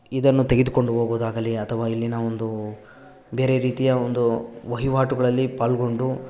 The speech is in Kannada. ಇದನ್ನು ತೆಗೆದುಕೊಂಡು ಹೋಗೋದಾಗಲಿ ಅಥವಾ ಇಲ್ಲಿನ ಒಂದು ಬೇರೆ ರೀತಿಯ ಒಂದು ವಹಿವಾಟುಗಳಲ್ಲಿ ಪಾಲ್ಗೊಂಡು